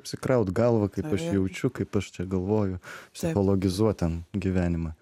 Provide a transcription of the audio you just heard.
apsikraut galvą kaip aš jaučiu kaip aš čia galvoju psichologizuot ten gyvenimą